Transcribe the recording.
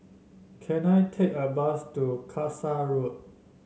can I take a bus to Kasai Road